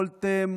יכולתם